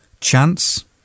chance